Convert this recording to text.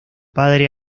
padre